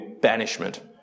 banishment